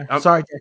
Sorry